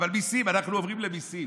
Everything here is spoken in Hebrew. אבל מיסים, אנחנו עוברים למיסים.